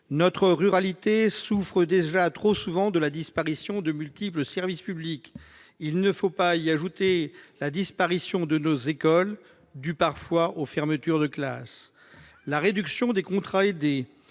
Notre ruralité souffre déjà trop de la disparition de multiples services publics. Il ne faut pas y ajouter la disparition de nos écoles, souvent liée aux fermetures de classes. La réduction du nombre de contrats aidés,